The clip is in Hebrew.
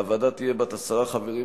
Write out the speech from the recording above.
הוועדה תהיה בת עשרה חברים,